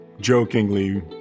jokingly